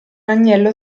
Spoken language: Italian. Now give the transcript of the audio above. agnello